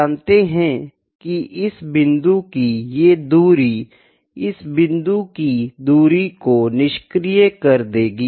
मान लेते है की इस बिंदु की ये दुरी इस बिंदु की दुरी को निष्क्रिय कर देगी